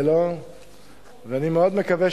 אני מאוד מודה.